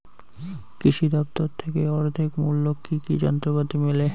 কৃষি দফতর থেকে অর্ধেক মূল্য কি কি যন্ত্রপাতি মেলে?